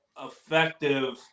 effective